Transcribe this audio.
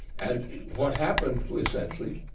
and what happened, essentially,